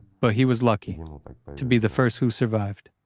but he was lucky to be the first who survived.